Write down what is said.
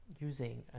using